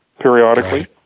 periodically